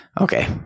okay